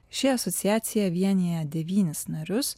ši asociacija vienija devynis narius